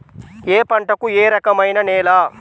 ఏ పంటకు ఏ రకమైన నేల?